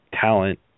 talent